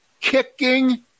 kicking